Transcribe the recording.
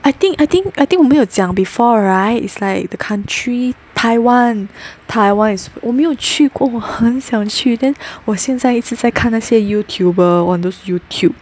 I think I think I think 我没有讲 before right is like the country Taiwan Taiwan is 我没有去过我很想去 then 我现在一直在看那些 youtuber on those Youtube